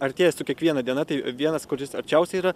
artėja su kiekviena diena tai vienas kuris arčiausiai yra